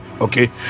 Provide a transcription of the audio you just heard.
Okay